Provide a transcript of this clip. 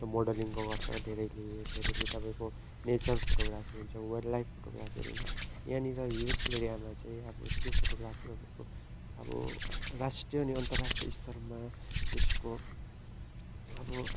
जस्तो मोडलिङको गर्छ धेरैले धेरैले तपाईँको नेचर फोटोग्राफी हुन्छ वाइल्डलाइफ फोटोग्राफीहरू यहाँनिर हिल्स एरियामा चाहिँ अब त्यो फोटोग्राफीहरूको अब राष्ट्रिय अनि अन्तराष्ट्रिय स्तरमा त्यसको अब